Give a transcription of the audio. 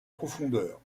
profondeur